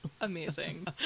amazing